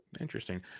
Interesting